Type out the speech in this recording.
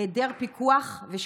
היעדר פיקוח ושקיפות.